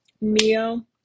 Mio